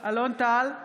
אלון טל,